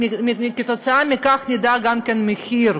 וכתוצאה מכך נדע גם את המחיר.